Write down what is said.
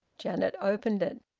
janet opened it.